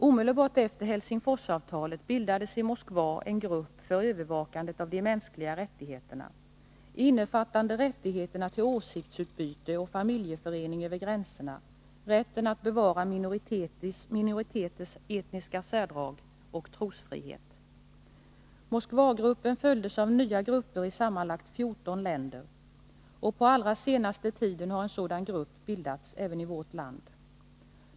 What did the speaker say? Omedelbart efter Helsingforsavtalet bildades i Moskva en grupp för övervakandet av de mänskliga rättigheterna, innefattande rättigheterna till åsiktsutbyte, och familjeförening över gränserna, rätten att bevara minoriteters etniska särdrag och trosfrihet. Moskvagruppen följdes av nya grupper i sammanlagt 14 länder, och på allra senaste tiden har en sådan grupp bildats även i vårt land.